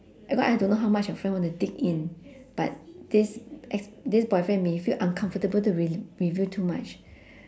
because I don't know how much your friend want to dig in but this ex this boyfriend may feel uncomfortable to re~ reveal too much